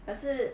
可是